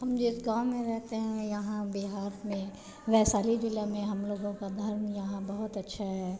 हम जिस गाँव में रहते हैं यहाँ बिहार में वैशाली ज़िला में हम लोगों का धर्म यहाँ बहुत अच्छा है